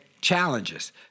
challenges